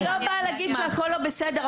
אני לא באה להגיד שהכול לא בסדר.